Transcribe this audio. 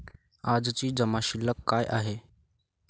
आजची जमा शिल्लक काय आहे?